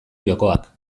jokoak